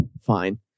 Fine